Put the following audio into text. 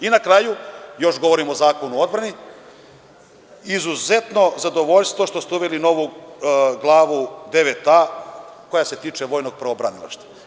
I na kraju, još govorim o zakonu o odbrani, izuzetno zadovoljstvo što ste uveli novu Glavu IXa, a koja se tiče vojnog pravobranilaštva.